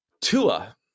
Tua